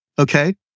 Okay